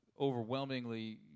overwhelmingly